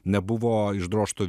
nebuvo išdrožto